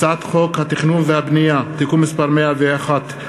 הצעת חוק התכנון והבנייה (תיקון מס' 101),